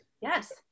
Yes